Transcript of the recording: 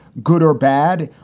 good or bad?